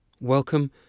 Welcome